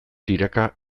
tiraka